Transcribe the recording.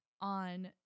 on